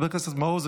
חבר הכנסת מעוז,